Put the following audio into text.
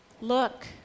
Look